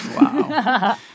Wow